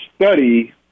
study